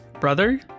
brother